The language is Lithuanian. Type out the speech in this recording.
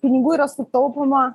pinigų yra sutaupoma